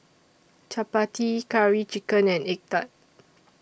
Chappati Curry Chicken and Egg Tart